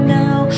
now